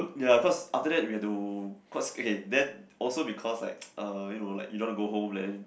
ya cause after that we have to cause okay then also because like uh you know like you don't want to go home then